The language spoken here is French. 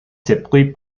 surpris